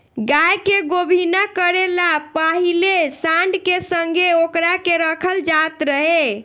गाय के गोभिना करे ला पाहिले सांड के संघे ओकरा के रखल जात रहे